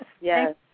Yes